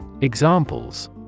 Examples